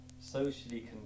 socially